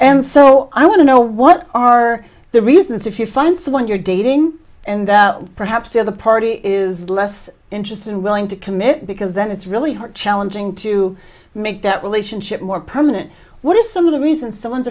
and so i want to know what are the reasons if you find someone you're dating and perhaps the other party is less interested and willing to commit because then it's really hard challenging to make that will ation ship more permanent what are some of the reasons someone's